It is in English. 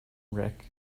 rick